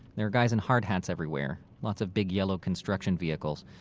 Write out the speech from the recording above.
there are guys in hard hats everywhere, lots of big yellow construction vehicles.